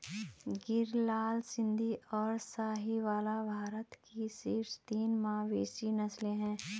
गिर, लाल सिंधी, और साहीवाल भारत की शीर्ष तीन मवेशी नस्लें हैं